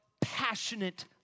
passionate